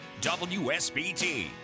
WSBT